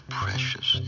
precious